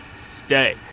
Stay